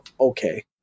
okay